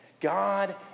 God